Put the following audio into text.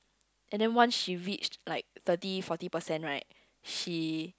and then once she reached like thirty forty percent right she